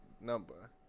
number